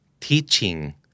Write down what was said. teaching